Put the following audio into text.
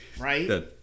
Right